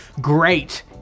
great